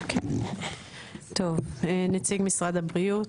טוב נציג משרד הבריאות.